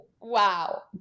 Wow